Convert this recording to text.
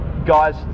guys